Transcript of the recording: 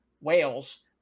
Wales